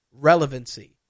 relevancy